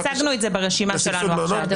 הצגנו את זה ברשימה שלנו עכשיו.